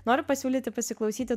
noriu pasiūlyti pasiklausyti